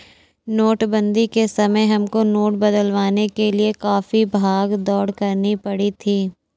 नोटबंदी के समय हमको नोट बदलवाने के लिए काफी भाग दौड़ करनी पड़ी थी